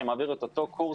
שמעבירים את אותו קורס,